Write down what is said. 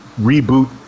reboot